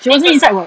she wasn't inside [what]